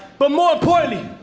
but more importantly,